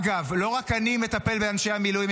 אגב, לא רק אני מטפל באנשי המילואים.